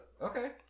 Okay